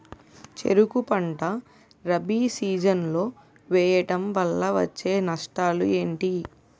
చెరుకు పంట రబీ సీజన్ లో వేయటం వల్ల వచ్చే నష్టాలు ఏంటి?